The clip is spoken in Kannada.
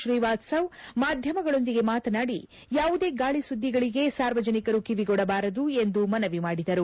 ಶ್ರೀವಾತ್ಲವ್ ಮಾಧ್ಯಮಗಳೊಂದಿಗೆ ಮಾತನಾಡಿ ಯಾವುದೇ ಗಾಳಿ ಸುದ್ದಿಗಳಿಗೆ ಸಾರ್ವಜನಿಕರು ಕಿವಿಗೊಡಬಾರದು ಎಂದು ಮನವಿ ಮಾಡಿದರು